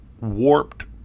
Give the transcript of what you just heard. warped